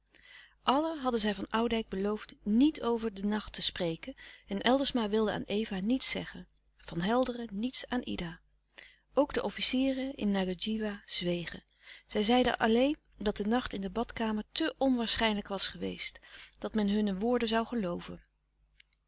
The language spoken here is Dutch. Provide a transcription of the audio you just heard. allen hadden zij van oudijck beloofd niet over dien nacht te spreken en eldersma wilde aan eva niets zeggen van helderen niets aan ida ook de officieren in ngadjiwa zwegen zij zeiden alleen dat de nacht in de badkamer te onwaarschijnlijk was geweest dan dat men hunne woorden zoû gelooven